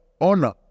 honor